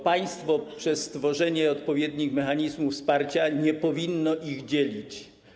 Państwo przez stworzenie odpowiednich mechanizmów wsparcia nie powinno ich dzielić.